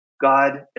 God